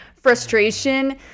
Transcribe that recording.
frustration